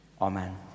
Amen